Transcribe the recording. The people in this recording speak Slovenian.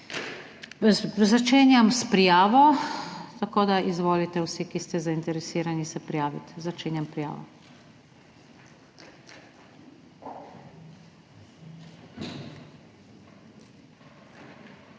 začenjam s prijavo, tako da izvolite vsi, ki ste se zainteresirani prijaviti. Začenjam prijavo.